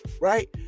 right